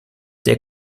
der